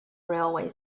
railway